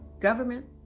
government